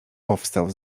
powstał